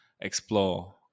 explore